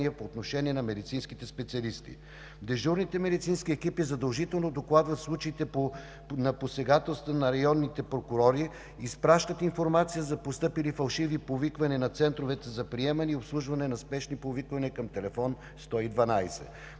по отношение на медицинските специалисти. Дежурните медицински екипи задължително докладват случаите на посегателства на районните прокурори, изпращат информация за постъпили фалшиви повиквания на центровете за приемане и обслужване на спешни повиквания към телефон 112.